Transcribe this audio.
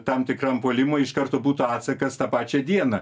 tam tikram puolimui iš karto būtų atsakas tą pačią dieną